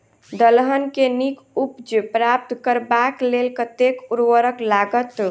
दलहन केँ नीक उपज प्राप्त करबाक लेल कतेक उर्वरक लागत?